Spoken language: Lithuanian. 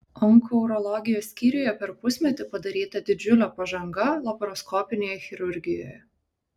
onkourologijos skyriuje per pusmetį padaryta didžiulė pažanga laparoskopinėje chirurgijoje